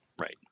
Right